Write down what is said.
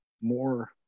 More